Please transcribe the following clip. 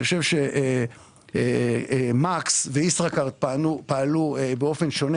אני חושב ש-מקס ו-ישראכרט פעלו באופן שונה,